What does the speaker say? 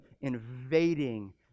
invading